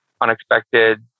unexpected